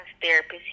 therapist